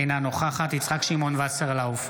אינה נוכחת יצחק שמעון וסרלאוף,